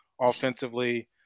offensively